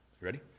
Ready